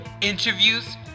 interviews